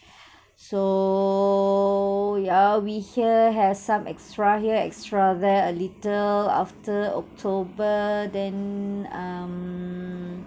so yeah we here has some extra here extra there a little after october then um